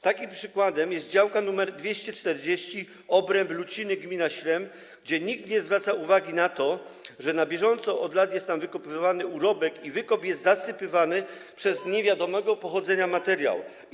Takim przykładem jest działka nr 240, obręb Luciny, gmina Śrem, gdzie nikt nie zwraca uwagi na to, że na bieżąco od lat jest tam wydobywany urobek i wykop jest zasypywany niewiadomego pochodzenia materiałami.